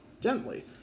gently